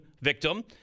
victim